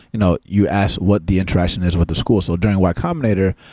you know you ask what the interaction is with the school. so during y combinator,